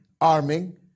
arming